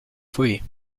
free